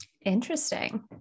Interesting